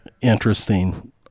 interesting